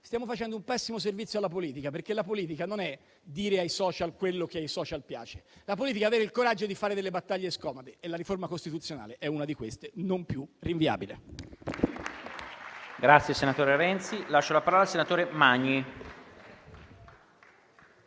stiamo facendo un pessimo servizio alla politica, perché la politica non è dire ai *social* quello che ai *social* piace. La politica è avere il coraggio di fare battaglie scomode e la riforma costituzionale è una di queste: non più rinviabile.